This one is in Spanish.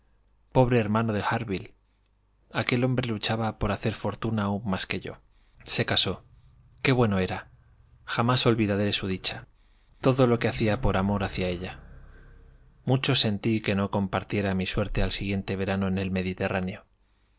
pobre hermano de harville aquel hombre luchaba por hacer fortuna aun más que yo se casó qué bueno era jamás olvidaré su dicha todo lo hacía por amor hacia ella mucho sentí que no compartiera mi suerte al siguiente verano en el mediterráneo